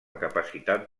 capacitat